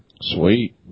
sweet